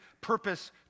purpose